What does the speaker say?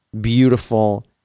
beautiful